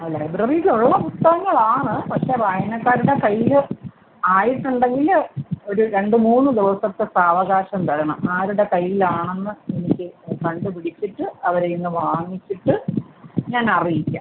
ആ ലൈബ്രറിയിലുള്ള പുസ്തകങ്ങളാണ് പക്ഷെ വായനക്കാരുടെ കയ്യിൽ ആയിട്ടുണ്ടെങ്കിൽ ഒരു രണ്ട് മൂന്ന് ദിവസത്തെ സാവകാശം തരണം ആരുടെ കയ്യിലാണെന്ന് എനിക്ക് കണ്ടു പിടിച്ചിട്ട് അവരുടെയിൽനിന്ന് വാങ്ങിച്ചിട്ട് ഞാൻ അറിയിക്കാം